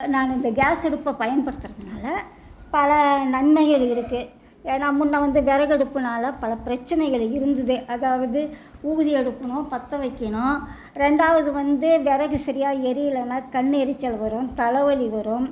நாங்கள் இந்த கேஸ் அடுப்பை பயன்படுத்துகிறதுனால பல நன்மைகள் இருக்குது ஏன்னா முன்ன வந்து விறகு அடுப்பினால பல பிரச்சனைகள் இருந்தது அதாவது ஊதி எடுக்கணும் பற்ற வைக்கணும் ரெண்டாவது வந்து விறகு சரியா எரியலைன்னா கண் எரிச்சல் வரும் தலைவலி வரும்